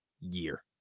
year